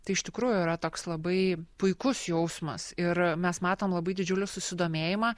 tai iš tikrųjų yra toks labai puikus jausmas ir mes matom labai didžiulį susidomėjimą